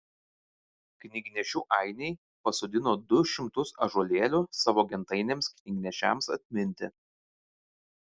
knygnešių ainiai pasodino du šimtus ąžuolėlių savo gentainiams knygnešiams atminti